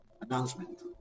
announcement